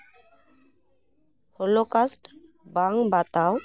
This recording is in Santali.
ᱦᱚᱞᱚᱠᱟᱥᱴ ᱵᱟᱝ ᱵᱟᱛᱟᱣ